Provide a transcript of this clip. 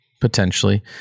Potentially